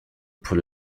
pour